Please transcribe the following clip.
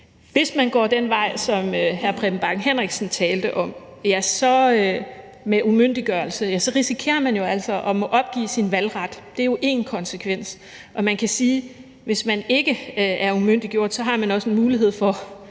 Hvis man går den vej, som hr. Preben Bang Henriksen talte om, med umyndiggørelse, risikerer man jo altså at måtte opgive sin valgret; det er jo én konsekvens. Man kan sige, at hvis man ikke er umyndiggjort, har man også en mulighed for